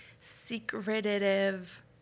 secretive